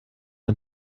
ein